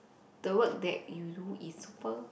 the work that you do is super